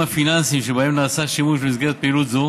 הפיננסיים שבהם נעשה שימוש במסגרת פעילות זו